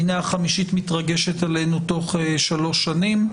והינה, החמישית מתרגשת עלינו תוך שלוש שנים.